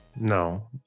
No